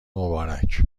مبارک